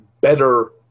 better